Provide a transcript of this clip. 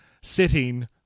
sitting